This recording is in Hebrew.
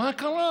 מה קרה?